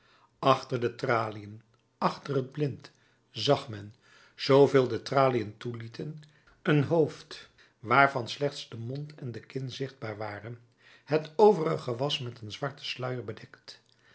achter de traliën achter het blind zag men zooveel de traliën toelieten een hoofd waarvan slechts de mond en de kin zichtbaar waren het overige was met een zwarten sluier bedekt